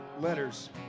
letters